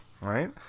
right